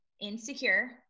insecure